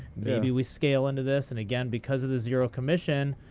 maybe we scale into this. and again, because of the zero commission,